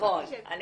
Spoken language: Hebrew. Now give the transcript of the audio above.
זה היה